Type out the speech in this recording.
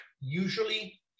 usually